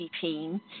team